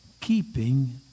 keeping